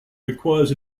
requires